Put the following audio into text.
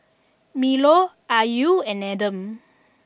Melur Ayu and Adam